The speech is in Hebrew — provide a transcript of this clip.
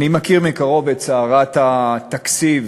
אני מכיר מקרוב את סערת התקציב,